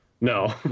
no